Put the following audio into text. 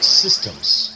systems